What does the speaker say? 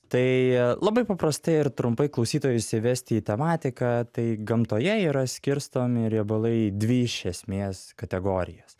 tai labai paprastai ir trumpai klausytojus įvesti į tematiką tai gamtoje yra skirstomi riebalai į dvi iš esmės kategorijas